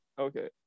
okay